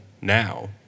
now